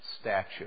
statue